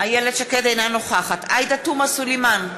אינה נוכחת עאידה תומא סלימאן,